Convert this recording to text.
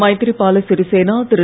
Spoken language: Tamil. மைத்ரிபால சிறிசேனா திரு